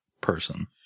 person